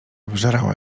wżerała